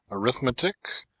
arithmetic,